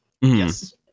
yes